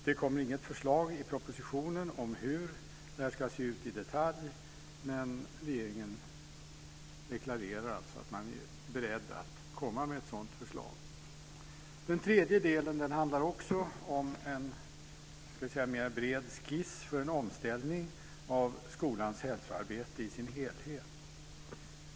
Det kom inget förslag i propositionen om hur det här ska se ut i detalj, men regeringen deklarerar att man är beredd att komma med ett sådant förslag. Den tredje delen handlar också om en mera bred skiss för en omställning av skolans hälsoarbete i dess helhet.